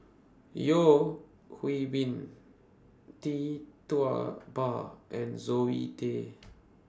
Yeo Hwee Bin Tee Tua Ba and Zoe Tay